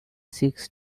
six